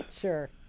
Sure